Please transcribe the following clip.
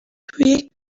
توی